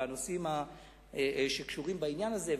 והנושאים שקשורים בעניין הזה,